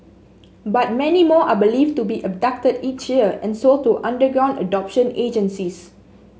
but many more are believed to be abducted each year and sold to underground adoption agencies